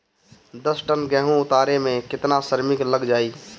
दस टन गेहूं उतारे में केतना श्रमिक लग जाई?